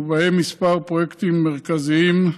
ובהם כמה פרויקטים מרכזיים: